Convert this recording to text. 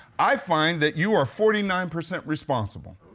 i find that you are forty nine percent responsible.